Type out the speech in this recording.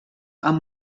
amb